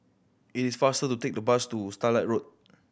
it is faster to take the bus to Starlight Road